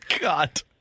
God